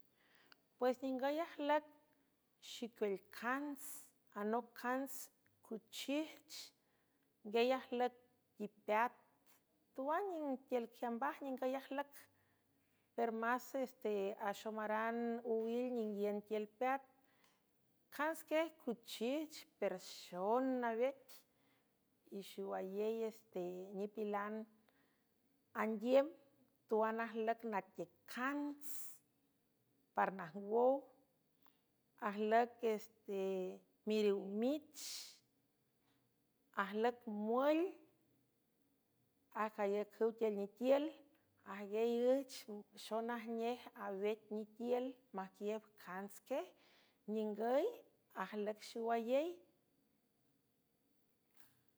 Pues ningüy ajlüc xicuül cants anoc cants cuchijch nguiel ajlüc ipeat tuan ningtiül jiambaj ningüy ajlüc per máses te axomaran owil ninguiün tiül peat cantsquiej cuchijch per xon nawet y xewayey es te nipilan andiüm tuan ajlüc natiüc cants parnajngwow ajlüc este miriow mich ajlüc muül acayacüw tiül nitiül ajguiey üch xonajnej awec nitiül majguiiüb cantsquiej ningüy ajlüc xiwayey.